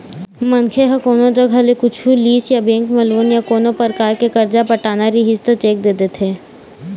मनखे ह कोनो जघा ले कुछु लिस या बेंक म लोन या कोनो परकार के करजा पटाना रहिस त चेक दे देथे